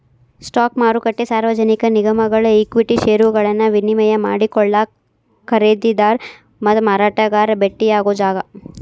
stock ಮಾರುಕಟ್ಟೆ ಸಾರ್ವಜನಿಕ ನಿಗಮಗಳ ಈಕ್ವಿಟಿ ಷೇರುಗಳನ್ನ ವಿನಿಮಯ ಮಾಡಿಕೊಳ್ಳಾಕ ಖರೇದಿದಾರ ಮತ್ತ ಮಾರಾಟಗಾರ ಭೆಟ್ಟಿಯಾಗೊ ಜಾಗ